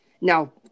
now